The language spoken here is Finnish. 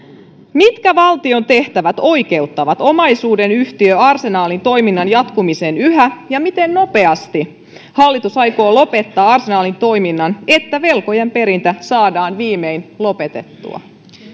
mitkä valtion tehtävät oikeuttavat omaisuudenhoitoyhtiö arsenalin toiminnan jatkumisen yhä ja miten nopeasti hallitus aikoo lopettaa arsenalin toiminnan että velkojen perintä saadaan viimein lopetettua